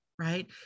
right